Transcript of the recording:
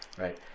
Right